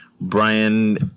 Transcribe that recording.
Brian